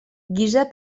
guisa